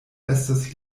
estas